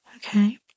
Okay